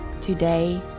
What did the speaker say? Today